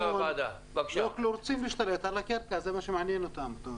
הם רוצים להשתלט על הקרקע, זה מה שמעניין אותם.